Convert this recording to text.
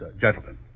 gentlemen